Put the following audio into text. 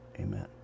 amen